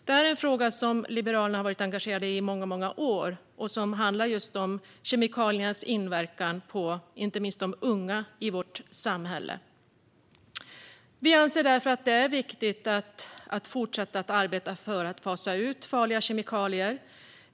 Det är en fråga som vi i Liberalerna har varit engagerade i under många år och som handlar om just kemikaliernas inverkan på inte minst de unga i vårt samhälle. Vi anser därför att det är viktigt att fortsätta arbeta för att fasa ut farliga kemikalier.